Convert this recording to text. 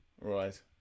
Right